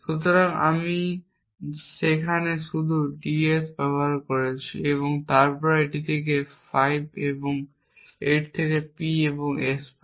সুতরাং আমি সেখানে শুধু ds ব্যবহার করেছি তারপর এটি থেকে আমরা 5 এবং 8 থেকে P এবং S পাই